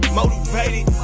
motivated